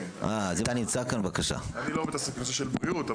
לא מתעסק בנושא של בריאות,